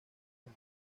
del